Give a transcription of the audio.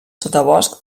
sotabosc